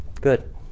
Good